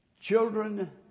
children